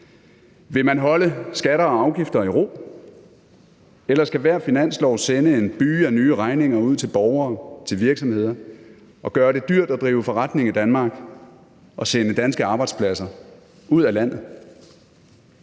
Vil man holde skatter og afgifter i ro, eller skal hver finanslov sende en byge af nye regninger ud til borgere og til virksomheder og gøre det dyrt at drive forretning i Danmark og sende arbejdspladser ud af landet?